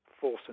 force